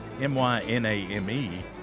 M-Y-N-A-M-E